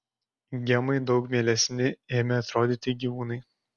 gemai daug mielesni ėmė atrodyti gyvūnai